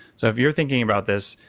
so, if you're thinking about this,